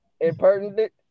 Impertinent